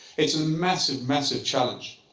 it's a massive, massive challenge.